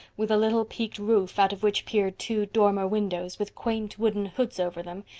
with a little peaked roof out of which peered two dormer windows, with quaint wooden hoods over them,